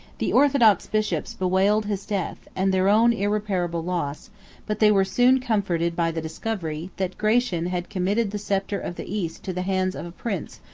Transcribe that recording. the orthodox bishops bewailed his death, and their own irreparable loss but they were soon comforted by the discovery, that gratian had committed the sceptre of the east to the hands of a prince,